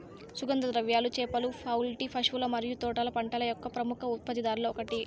సుగంధ ద్రవ్యాలు, చేపలు, పౌల్ట్రీ, పశువుల మరియు తోటల పంటల యొక్క ప్రముఖ ఉత్పత్తిదారులలో ఒకటి